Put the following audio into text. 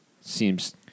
seems